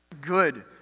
good